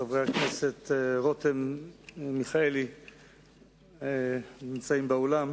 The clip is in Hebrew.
חברי הכנסת רותם ומיכאלי הנמצאים באולם